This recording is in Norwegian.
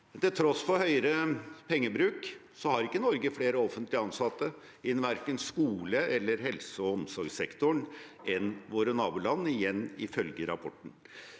Til tross for høyere pengebruk har ikke Norge flere offentlig ansatte innen verken skole eller helse- og omsorgssektoren enn våre naboland, igjen ifølge rapporten.